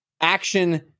action